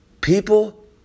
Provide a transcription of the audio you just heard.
People